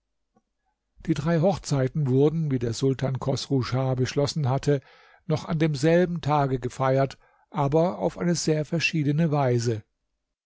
die drei hochzeiten wurden wie der sultan chosru schah beschlossen hatte noch an dem selben tage gefeiert aber auf eine sehr verschiedene weise